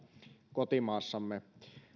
kotimaassamme